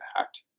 act